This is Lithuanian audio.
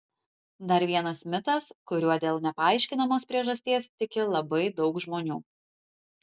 dar vienas mitas kuriuo dėl nepaaiškinamos priežasties tiki labai daug žmonių